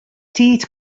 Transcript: tiid